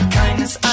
kindness